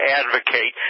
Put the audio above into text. advocate